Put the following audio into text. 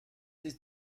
ist